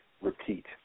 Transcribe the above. repeat